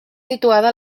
situada